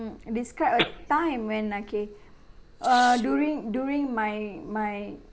describe a time when okay uh during during my my